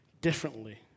differently